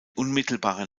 unmittelbarer